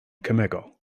cemegol